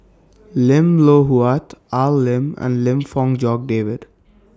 Lim Loh Huat Al Lim and Lim Fong Jock David